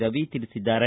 ರವಿ ತಿಳಿಸಿದ್ದಾರೆ